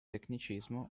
tecnicismo